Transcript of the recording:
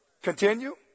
Continue